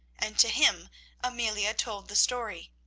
and to him amelia told the story.